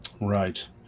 right